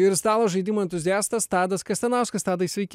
ir stalo žaidimų entuziastas tadas kastanauskas tadai sveiki ir jums